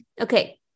Okay